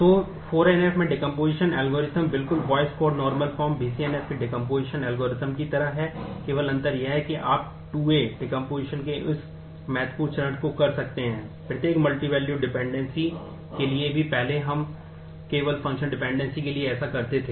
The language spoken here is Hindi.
तो 4 NF में डेकोम्पोसिशन के लिए ऐसा कर रहे थे